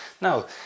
now